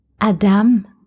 adam